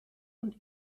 und